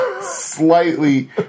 slightly